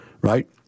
right